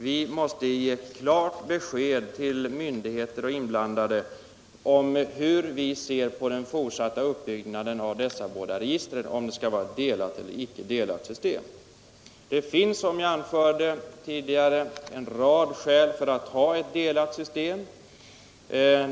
Vi måste ge ett klart besked till myndigheter och övriga inblandade om hur vi ser på den fortsatta uppbyggnaden av de båda registren —- om det skall vara delat eller icke delat system. Det finns, som jag anförde tidigare, en rad skäl för att ha ett delat system.